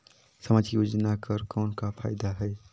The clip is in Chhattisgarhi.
समाजिक योजना कर कौन का फायदा है?